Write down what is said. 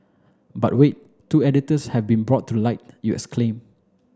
but wait two editors have been brought to light you exclaim